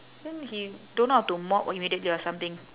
then he don't know how to mop immediately or something